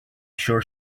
sure